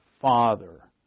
Father